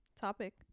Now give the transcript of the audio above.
topic